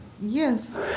Yes